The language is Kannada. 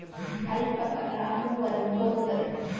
ಅಲ್ಪಕ ಲಾಮೂವನ್ನು ಹೋಲುತ್ತದೆ